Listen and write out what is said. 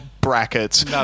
brackets